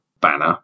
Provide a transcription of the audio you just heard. banner